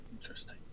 Interesting